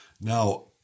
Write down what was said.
Now